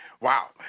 Wow